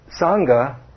Sangha